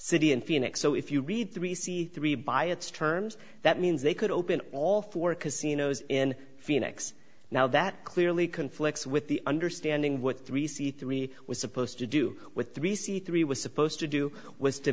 city in phoenix so if you read three c three by its terms that means they could open all four casinos in phoenix now that clearly conflicts with the understanding with three c three was supposed to do with three c three was supposed to do was to